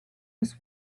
was